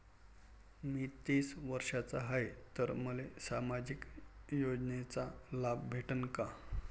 मी तीस वर्षाचा हाय तर मले सामाजिक योजनेचा लाभ भेटन का?